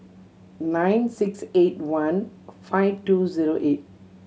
nine six eight one five two zero eight